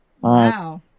Wow